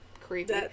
Creepy